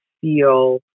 feel